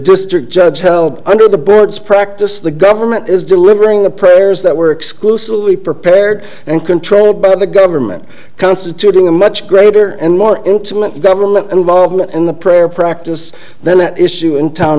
district judge held under the birds practice the government is delivering the prayers that were exclusively prepared and controlled by the government constituting a much greater and more intimate government involvement in the prayer practice then at issue in town